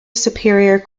superior